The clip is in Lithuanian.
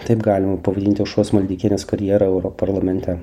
taip galima pavadinti aušros maldeikienės karjerą europarlamente